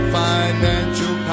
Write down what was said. financial